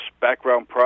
background